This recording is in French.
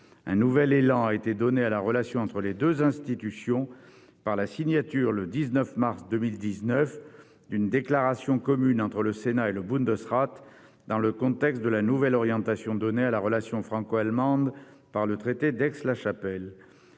Un nouvel élan a été donné à la relation entre les deux institutions par la signature, le 19 mars 2019, d'une déclaration commune entre le Sénat et le Bundesrat, dans le contexte de la nouvelle orientation donnée à la relation franco-allemande par le traité d'Aix-la-Chapelle.